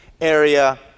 area